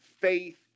faith